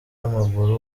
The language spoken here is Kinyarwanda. w’amaguru